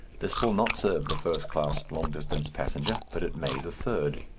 this will not serve the first-class long-distance passenger, but it may the third.